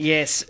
Yes